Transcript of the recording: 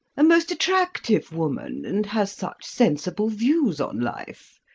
a most attractive woman, and has such sensible views on life.